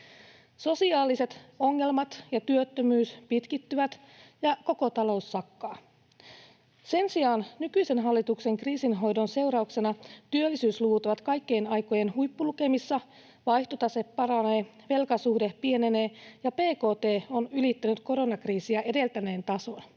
Sosiaaliset ongelmat ja työttömyys pitkittyvät, ja koko talous sakkaa. Sen sijaan nykyisen hallituksen kriisinhoidon seurauksena työllisyysluvut ovat kaikkien aikojen huippulukemissa, vaihtotase paranee, velkasuhde pienenee ja bkt on ylittänyt koronakriisiä edeltäneen tason.